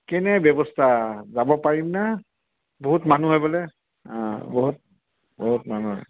কেনে ব্যৱস্থা যাব পাৰিম না বহুত মানুহ হয় বোলে অঁ বহুত বহুত মানুহ হয়